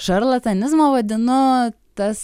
šarlatanizmu vadinu tas